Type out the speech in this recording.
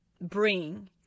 bring